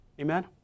Amen